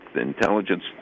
intelligence